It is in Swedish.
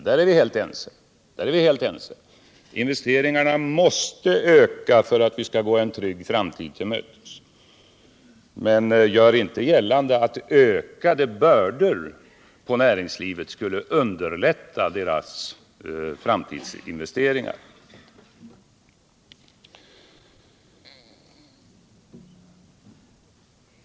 Vi är helt eniga om att investeringarna måste öka för att vi skall gå en trygg framtid till mötes. Men gör inte gällande att ökade bördor på näringslivet skulle underlätta dess framtidsinvesteringar!